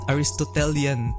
Aristotelian